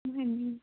ਹਾਂਜੀ